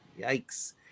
Yikes